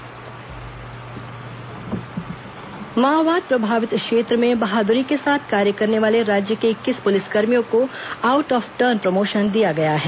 out of turn promotion माओवाद प्रभावित क्षेत्रों में बहाद्री के साथ कार्य करने वाले राज्य के इक्कीस पुलिसकर्मियों को आउट ऑफ टर्न प्रमोशन दिया गया है